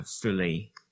fully